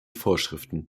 vorschriften